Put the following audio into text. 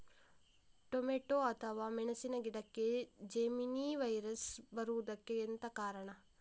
Tomato ಅಥವಾ ಮೆಣಸಿನ ಗಿಡಕ್ಕೆ ಜೆಮಿನಿ ವೈರಸ್ ಬರುವುದಕ್ಕೆ ಎಂತ ಕಾರಣ?